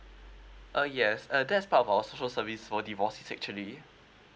uh yes uh that's part of our social service for divorced actually